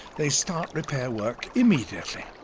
they start repair work immediately.